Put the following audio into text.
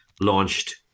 launched